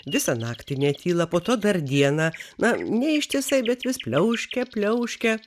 visą naktį netyla po to dar dieną na ne ištisai bet vis pliauškia pliauškia